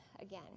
again